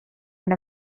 and